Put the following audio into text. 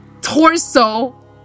torso